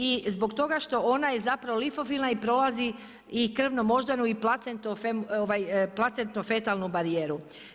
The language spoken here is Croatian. I zbog toga što ona je zapravo lipofilna i prolazi i krvnu moždanu i placento fetalnu barijeru.